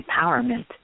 empowerment